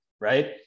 right